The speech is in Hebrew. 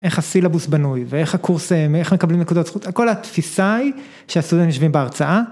איך הסילבוס בנוי ואיך הקורס, איך מקבלים נקודות זכות, כל התפיסה היא שהסטודנטים יושבים בהרצאה.